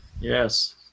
Yes